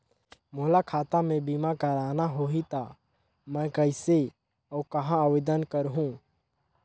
मोला खाता मे बीमा करना होहि ता मैं कइसे और कहां आवेदन करहूं?